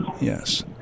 Yes